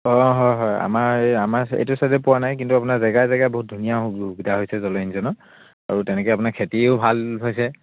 অঁ হয় হয় আমাৰ এই আমাৰ এইটো চাইজে পোৱা নাই কিন্তু আপোনাৰ জেগাই জেগাই বহুত ধুনীয়া সুবিধা হৈছে জলসিঞ্চনৰ আৰু তেনেকে আপোনাৰ খেতিও ভাল হৈছে